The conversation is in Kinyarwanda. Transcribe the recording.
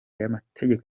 y’amategeko